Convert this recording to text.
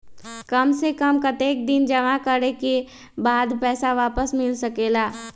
काम से कम कतेक दिन जमा करें के बाद पैसा वापस मिल सकेला?